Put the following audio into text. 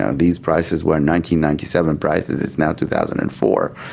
ah these prices were ninety ninety seven prices, it's now two thousand and four,